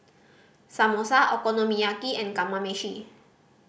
Samosa Okonomiyaki and Kamameshi